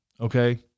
okay